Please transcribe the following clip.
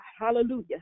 hallelujah